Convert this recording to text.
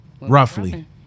Roughly